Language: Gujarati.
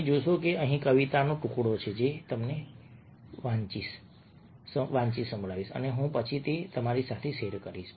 તમે જોશો કે અહીં કવિતાનો ટુકડો છે જે હું તમને વાંચીશ અને પછી હું તમારી સાથે શેર કરીશ